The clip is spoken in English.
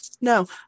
No